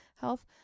health